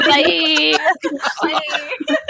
Bye